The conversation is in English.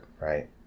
right